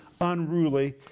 unruly